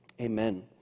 amen